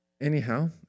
Anyhow